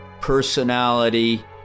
personality